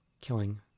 killing